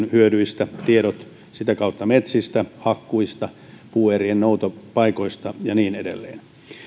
hyödyistä metsätaloudelle tiedot sitä kautta metsistä hakkuista puuerien noutopaikoista ja niin edelleen